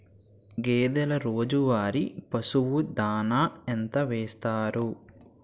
గేదెల రోజువారి పశువు దాణాఎంత వేస్తారు?